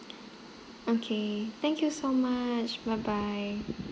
okay thank you so much bye bye